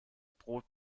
brot